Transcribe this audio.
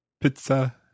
Pizza